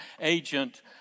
agent